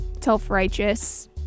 self-righteous